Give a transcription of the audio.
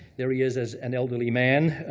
there he is as an elderly man.